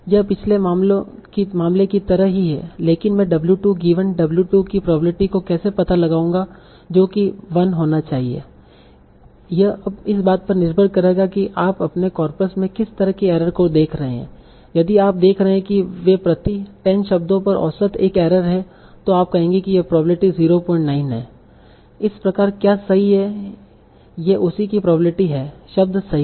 यह पिछले मामले की तरह ही है लेकिन मैं W 2 गिवन W 2 की प्रोबेब्लिटी को कैसे पता लगाऊंगा जो की 1 होना चाहिए यह अब इस बात पर निर्भर करेगा कि आप अपने कॉर्पस में किस तरह की एरर को देख रहे हैं यदि आप देख रहे हैं कि वे प्रति 10 शब्दों पर औसत एक एरर हैं तो आप आप कहेंगे कि यह प्रोबेब्लिटी 09 है इस प्रकार क्या सही है ये उसी की प्रोबेब्लिटी है शब्द सही है